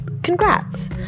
congrats